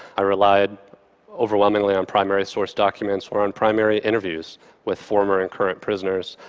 i relied overwhelmingly on primary source documents or on primary interviews with former and current prisoners,